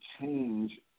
change